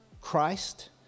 Christ